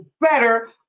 better